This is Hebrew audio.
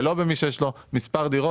ולא במי שיש לו מספר דירות.